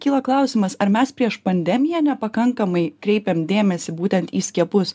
kyla klausimas ar mes prieš pandemiją nepakankamai kreipėm dėmesį būtent į skiepus